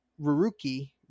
Ruruki